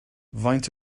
faint